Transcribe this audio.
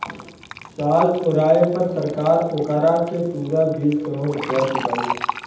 साल ओराये पर सरकार ओकारा के पूरा बीस करोड़ रुपइया चुकाई